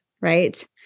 Right